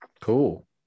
cool